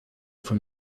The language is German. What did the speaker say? von